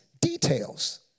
Details